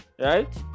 right